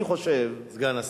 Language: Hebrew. סגן השר.